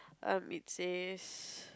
um it says